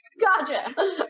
Gotcha